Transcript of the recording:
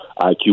IQ